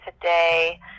today